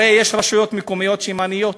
הרי יש רשויות מקומיות עניות,